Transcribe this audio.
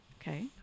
okay